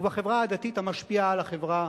ובחברה הדתית המשפיעה על החברה